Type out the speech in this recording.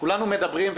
כולנו מדברים,